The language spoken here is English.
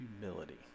humility